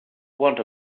want